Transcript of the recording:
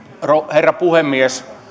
herra puhemies